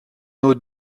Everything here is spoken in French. nos